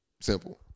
Simple